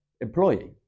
employee